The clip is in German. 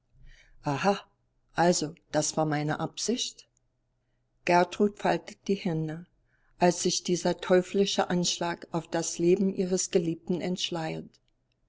also das war meine absicht gertrud faltet die hände als sich dieser teuflische anschlag auf das leben ihres geliebten entschleiert